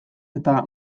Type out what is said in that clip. eta